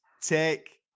take